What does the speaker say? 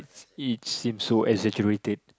it's seem so exaggerated